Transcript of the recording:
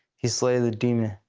he slade the demon.